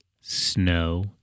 snow